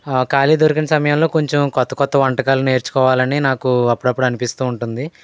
ఖాళీ దొరికిన సమయంలో కొంచెం క్రొత్త క్రొత్త వంటకాలు నేర్చుకోవాలని నాకు అప్పుడప్పుడు అనిపిస్తూ ఉంటుంది